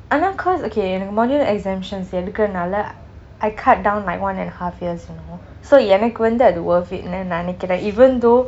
ஆனால்:aanaal cause okay எனக்கு:enakku module exemption எடுக்கிறனாலே:edukiranaalei I cut down like one and a half years you know so எனக்கு வந்து அது:enakku vanthu athu worth it நினைக்கிறேன்:ninaikiraen even though